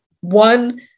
one